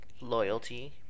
loyalty